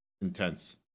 intense